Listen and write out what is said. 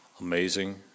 Amazing